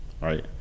right